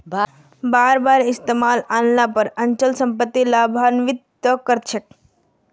बार बार इस्तमालत आन ल पर अचल सम्पत्ति लाभान्वित त कर छेक